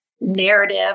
narrative